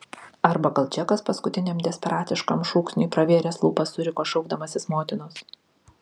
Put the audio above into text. arba gal džekas paskutiniam desperatiškam šūksniui pravėręs lūpas suriko šaukdamasis motinos